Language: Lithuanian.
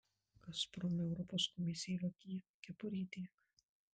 gazprom europos komisijai vagie kepurė dega